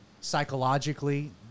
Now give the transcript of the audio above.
psychologically